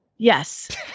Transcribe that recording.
Yes